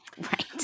right